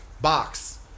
box